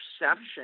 perception